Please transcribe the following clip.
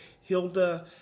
Hilda